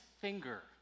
Finger